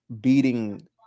beating